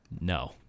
No